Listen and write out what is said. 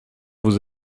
vous